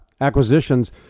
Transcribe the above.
acquisitions